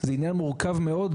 זה עניין מורכב מאוד,